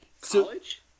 college